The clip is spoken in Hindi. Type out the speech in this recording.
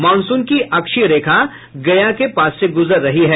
मॉनसून की अक्षीय रेखा गया के पास से गुजर रही है